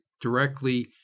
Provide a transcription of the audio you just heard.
directly